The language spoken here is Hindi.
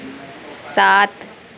सात